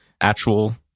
actual